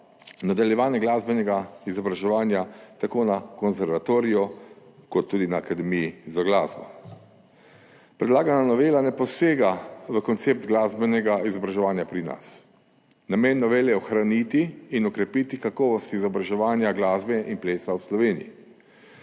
nadaljevanje glasbenega izobraževanja tako na konservatoriju kot tudi na akademiji za glasbo. Predlagana novela ne posega v koncept glasbenega izobraževanja pri nas. Namen novele je ohraniti in okrepiti kakovost izobraževanja glasbe in plesa v Sloveniji.